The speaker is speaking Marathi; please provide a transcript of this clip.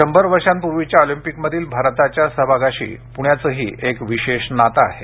शंभर वर्षांपुर्वीच्या ऑलिंपिकमधील भारताच्या सहभागाशी पुण्याचंही एक विशेष नातं आहे